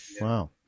Wow